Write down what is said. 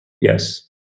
Yes